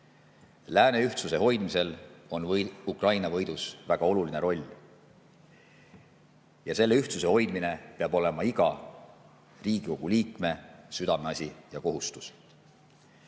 Lääne ühtsuse hoidmisel on Ukraina võidus väga oluline roll. Selle ühtsuse hoidmine peab olema iga Riigikogu liikme südameasi ja kohustus.